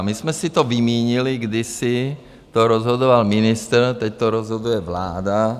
My jsme si to vymínili kdysi, to rozhodoval ministr, teď to rozhoduje vláda.